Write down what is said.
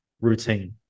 routine